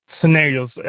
scenarios